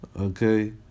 Okay